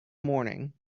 morning